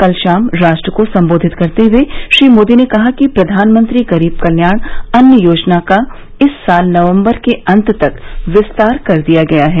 कल शाम राष्ट्र को सम्बोधित करते हुए श्री मोदी ने कहा कि प्रधानमंत्री गरीब कल्याण अन्न योजना का इस साल नवम्बर के अंत तक विस्तार कर दिया गया है